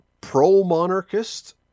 pro-monarchist